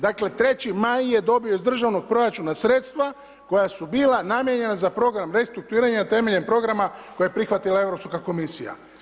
Dakle Treći Maj je dobio iz državnog proračuna sredstva koja su bila namijenjena za program restrukturiranja temeljem programa koje je prihvatila Europska komisija.